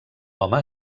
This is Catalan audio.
home